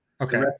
Okay